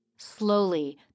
Slowly